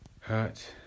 hurt